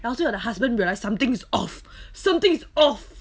然后最后 the husband realise something's off something's off